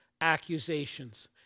accusations